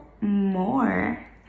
more